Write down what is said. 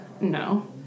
No